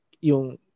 yung